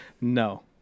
No